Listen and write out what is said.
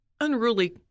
unruly